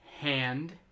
hand